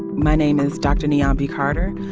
my name is dr. niambi carter.